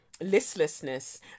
listlessness